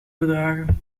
bedragen